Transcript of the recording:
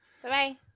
Bye-bye